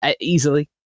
easily